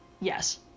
yes